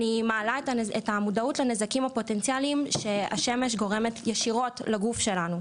אני מעלה את המודעות לנזקים הפוטנציאלים שהשמש גורמת ישירות לגוף שלנו,